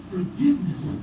Forgiveness